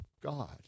God